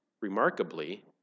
remarkably